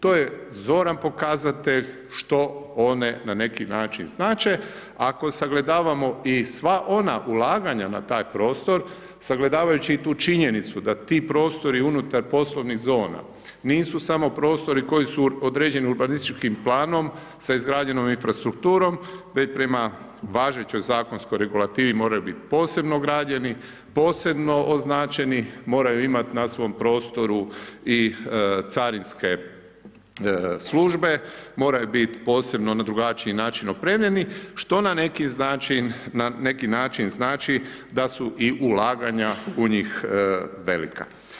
To je zoran pokazatelj što one na neki način znače ako sagledavamo i sva ona ulaganja na taj prostor, sagledavajući i tu činjenicu da ti prostori unutar poslovnih zona nisu samo prostori koji su određeni urbanističkim planom sa izgrađenom infrastrukturom, već prema važećoj zakonskoj regulativi moraju biti posebno građeni, posebno označeni, moraju imat' na svom prostoru i carinske službe, moraju bit posebno na drugačiji način opremljeni, što na neki način, na neki način znači da su i ulaganja u njih velika.